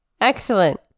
Excellent